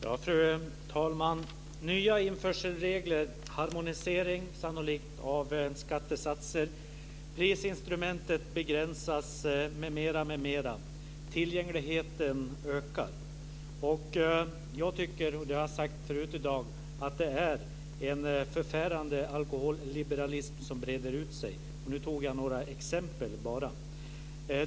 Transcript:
Fru talman! Nya införselregler, harmonisering sannolikt av skattesatser, prisinstrumentet begränsas, m.m., tillgängligheten ökar. Jag tycker, och det har jag sagt förut i dag, att det här är en förfärande alkoholliberalism som breder ut sig. Nu tog jag bara några exempel.